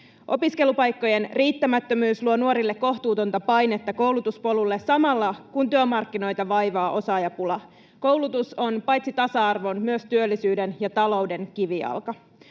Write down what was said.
Opiskelupaikkojen riittämättömyys luo nuorille kohtuutonta painetta koulutuspolulle samalla, kun työmarkkinoita vaivaa osaajapula. Koulutus on paitsi tasa-arvon myös työllisyyden ja talouden kivijalka.